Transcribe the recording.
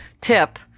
tip